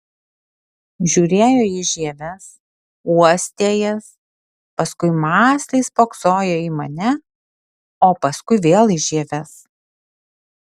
žiūrėjo į žieves uostė jas paskui mąsliai spoksojo į mane o paskui vėl į žieves